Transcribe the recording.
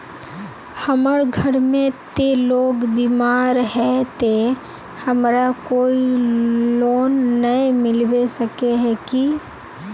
हमर घर में ते लोग बीमार है ते हमरा कोई लोन नय मिलबे सके है की?